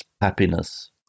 happiness